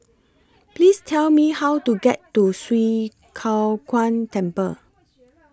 Please Tell Me How to get to Swee Kow Kuan Temple